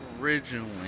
originally